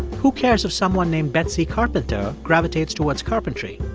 who cares if someone named betsy carpenter gravitates towards carpentry?